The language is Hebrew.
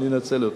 אני אנצל אותה.